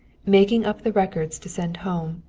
making up the records to send home,